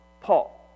Paul